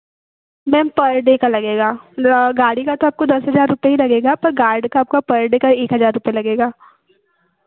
ma'am per day का लगेगा ल गाड़ी का तो आपको दस हज़ार रुपये ही लगेगा पर गार्ड का आपका पर डे का एक हज़ार रुपये लगेगा